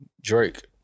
Drake